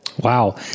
Wow